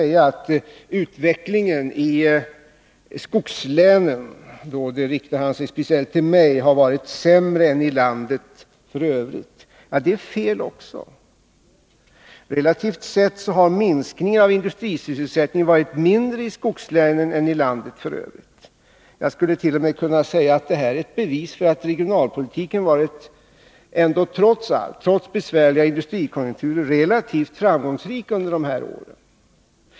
Han sade att utvecklingen i skogslänen — och då riktade han sig speciellt till mig — har varit sämre än i landet i övrigt. Det är fel. Relativt sett har minskningen av industrisysselsättningen varit mindre i skogslänen än i landet i övrigt. Jag skulle t.o.m. kunna säga att detta är ett bevis för att regionalpolitiken trots allt, trots besvärliga industrikonjunkturer, varit relativt framgångsrik under de här åren.